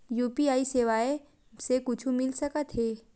UPI सेवाएं से कुछु मिल सकत हे?